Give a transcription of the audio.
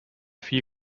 viel